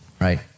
right